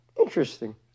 Interesting